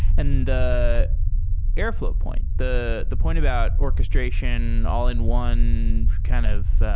and the airfl ow point, the the point about orchestration, all in one kind of